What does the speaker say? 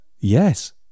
Yes